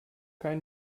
kein